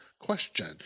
question